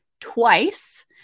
twice